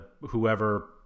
whoever